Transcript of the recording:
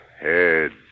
heads